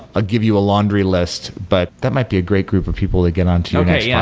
ah give you a laundry list, but that might be a great group of people to get on to your yeah yeah